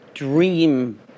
dream